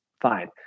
Fine